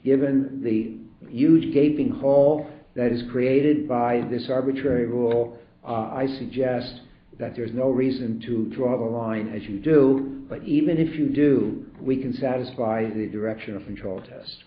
given the huge gaping hole that is created by this arbitrary rule i suggest that there is no reason to draw the line as you do but even if you do we can satisfy the direction of control